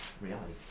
reality